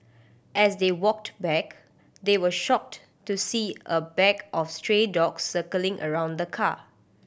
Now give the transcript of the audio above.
as they walked back they were shocked to see a bag of stray dogs circling around the car